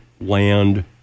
land